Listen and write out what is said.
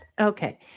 okay